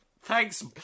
Thanks